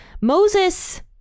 Moses